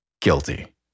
guilty